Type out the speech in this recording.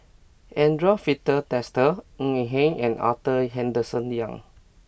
Andre Filipe Desker Ng Eng Hen and Arthur Henderson Young